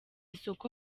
isoko